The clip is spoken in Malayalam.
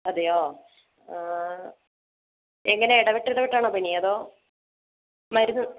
അതേയോ എങ്ങനെ ഇടവിട്ട് ഇടവിട്ടാണോ പനി അതോ മരുന്ന്